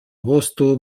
vosto